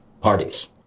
parties